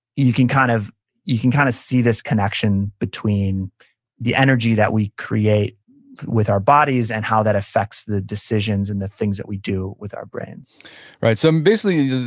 you can kind of you can kind of see this connection between the energy that we create with our bodies and how that affects the decisions and the things that we do with our brains right, so basically,